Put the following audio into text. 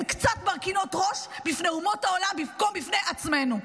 קצת מרכינות ראש בפני אומות העולם במקום בפני עצמנו.